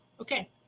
Okay